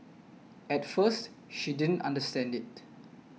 at first she didn't understand it